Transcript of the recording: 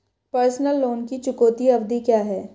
Personal loan की चुकौती अवधि क्या है?